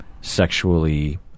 sexually